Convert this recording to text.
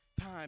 time